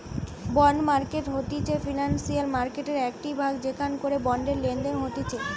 bond market হতিছে financial মার্কেটের একটিই ভাগ যেখান করে বন্ডের লেনদেন হতিছে